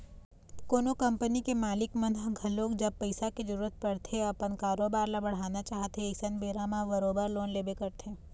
कोनो कंपनी के मालिक मन ह घलोक जब पइसा के जरुरत पड़थे अपन कारोबार ल बढ़ाना चाहथे अइसन बेरा म बरोबर लोन लेबे करथे